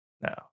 No